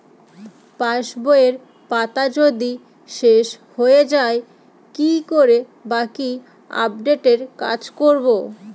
পাসবইয়ের পাতা যদি শেষ হয়ে য়ায় কি করে বাকী আপডেটের কাজ করব?